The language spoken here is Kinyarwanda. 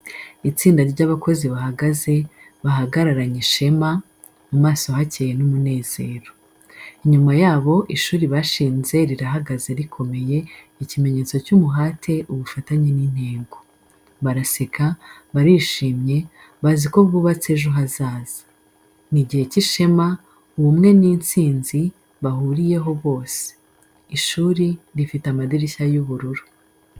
Itsinda ry’abakozi bahagaze bahagararanye ishema, mu maso hakeye n’umunezero. Inyuma yabo, ishuri bashinze rirahagaze rikomeye, ikimenyetso cy’umuhate, ubufatanye n’intego. Baraseka, barishimye, bazi ko bubatse ejo hazaza. Ni igihe cy’ishema, ubumwe n’intsinzi bahuriye bose. Ishuri rifite amadirishya y'ubururu.